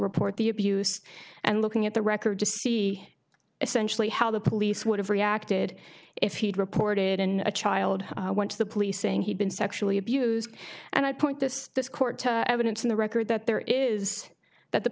report the abuse and looking at the record to see essentially how the police would have reacted if he'd reported in a child went to the police saying he'd been sexually abused and i point this this court to evidence in the record that there is that the